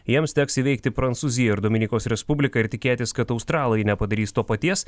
jiems teks įveikti prancūziją ir dominikos respubliką ir tikėtis kad australai nepadarys to paties